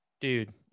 Dude